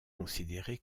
considéré